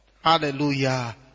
Hallelujah